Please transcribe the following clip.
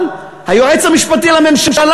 אבל היועץ המשפטי לממשלה,